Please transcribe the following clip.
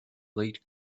lee